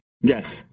Yes